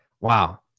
Wow